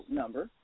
number